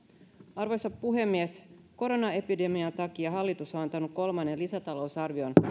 arvoisa puhemies koronaepidemian takia hallitus on antanut kolmannen lisätalousarvion